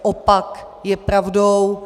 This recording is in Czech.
Opak je pravdou.